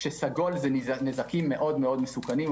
שסגול זה נזקים מאוד מסוכנים,